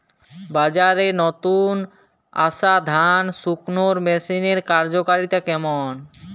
বাজারে নতুন আসা ধান শুকনোর মেশিনের কার্যকারিতা কেমন?